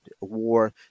war